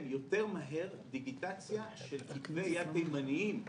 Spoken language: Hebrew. יותר מהר דיגיטציה של כתבי יד תימניים,